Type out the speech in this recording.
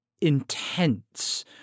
intense